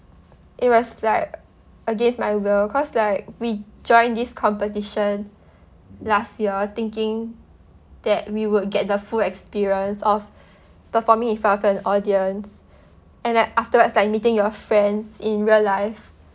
it was like against my will cause like we joined this competition last year thinking that we would get the full experience of performing in front of the audience and like afterwards like meeting your friends in real life